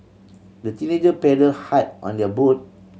the teenager paddle hard on their boat